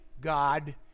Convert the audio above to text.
God